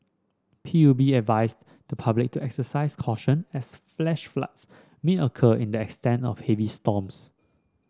P U B advised the public to exercise caution as flash floods may occur in that stand of heavy storms